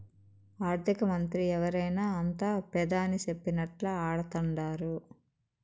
ఆర్థికమంత్రి ఎవరైనా అంతా పెదాని సెప్పినట్లా ఆడతండారు